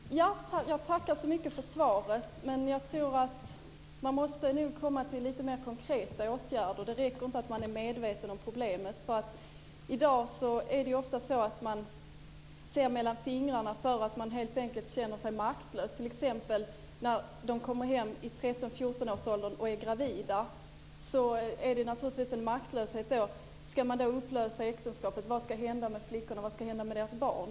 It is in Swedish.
Herr talman! Jag tackar så mycket för svaret. Men jag tror nog att man måste komma fram till lite mer konkreta åtgärder. Det räcker inte att man är medveten om problemet. I dag är det ju ofta så att man ser mellan fingrarna därför att man helt enkelt känner sig maktlös, t.ex. när flickor kommer hem i 13-14-årsåldern och är gravida. Då är det naturligtvis en maktlöshet. Ska man då upplösa äktenskapet? Vad ska hända med flickorna?